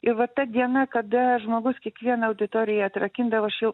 ir va ta diena kada žmogus kiekvieną auditoriją atrakindavo aš jau